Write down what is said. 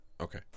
Okay